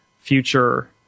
future